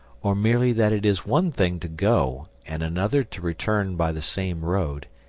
or merely that it is one thing to go and another to return by the same road,